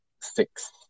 Six